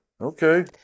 Okay